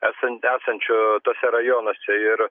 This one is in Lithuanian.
esan esančių tuose rajonuose ir